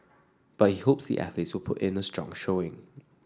but he hopes the athletes will put in a strong showing